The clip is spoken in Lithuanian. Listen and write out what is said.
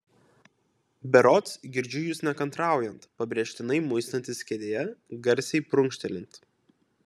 berods girdžiu jus nekantraujant pabrėžtinai muistantis kėdėje garsiai prunkštelint